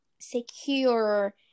secure